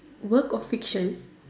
work of fiction